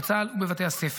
בצה"ל ובבתי הספר.